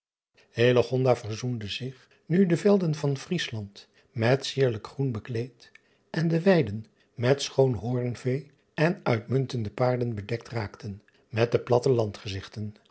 verzoende zich nu de velden van riesland met sierlijk groen bekleed en de weiden met schoon hoornvee en uitmuntende paarden bedekt raakten met de